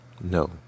No